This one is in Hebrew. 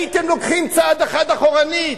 הייתם לוקחים צעד אחד אחורנית,